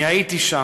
אני הייתי שם.